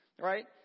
right